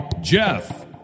Jeff